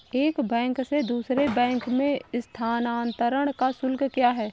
एक बैंक से दूसरे बैंक में स्थानांतरण का शुल्क क्या है?